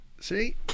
See